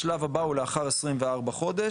השלב הבא הוא לאחר 24 חודשים,